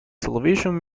television